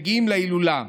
להילולה.